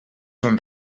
són